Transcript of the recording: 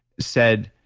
said,